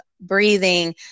breathing